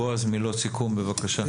בועז מילות סיכום בבקשה.